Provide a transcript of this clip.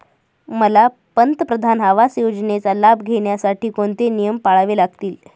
मला पंतप्रधान आवास योजनेचा लाभ घेण्यासाठी कोणते नियम पाळावे लागतील?